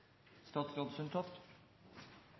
statsråd.